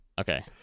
Okay